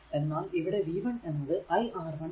എന്നാൽ ഇവിടെ v 1 എന്നത് iR1 ആണ്